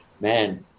man